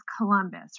Columbus